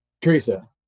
Teresa